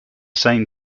same